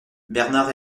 bernard